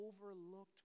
overlooked